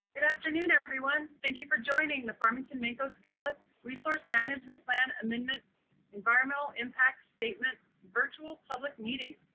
good afternoon, everyone. thank you for joining the farmington mancos-gallup resource management plan amendment environmental impact statement virtual public meeting.